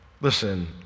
Listen